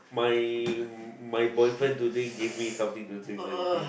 my my boyfriend today gave me something to drink already